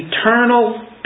eternal